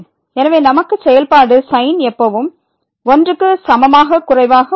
எனவே நமக்கு செயல்பாடு sin எப்பவும் 1 க்கு சமமாக குறைவாக உள்ளது